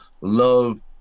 love